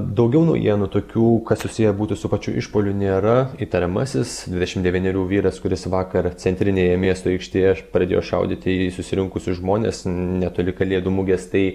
daugiau naujienų tokių kas susiję būtų su pačiu išpuoliu nėra įtariamasis dvidešim devynerių vyras kuris vakar centrinėje miesto aikštėje pradėjo šaudyti į susirinkusius žmones netoli kalėdų mugės tai